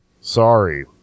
sorry